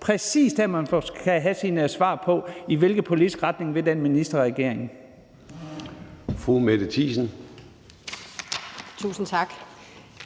præcis der, man skal have sine svar på, i hvilken politisk retning den minister vil